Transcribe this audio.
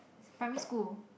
primary school